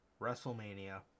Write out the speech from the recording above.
WrestleMania